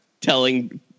telling